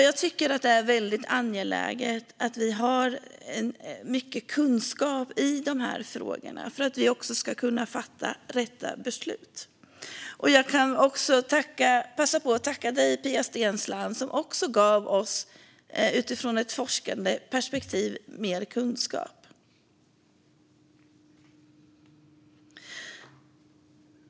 Jag tycker att det är angeläget att vi har mycket kunskap i de här frågorna så att vi ska kunna fatta de rätta besluten. Jag vill också passa på att tacka dig, Pia Steensland, som gav oss mer kunskap utifrån ett forskande perspektiv.